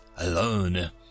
alone